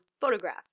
Photograph